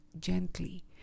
gently